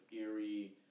eerie